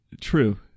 True